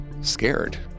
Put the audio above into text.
Scared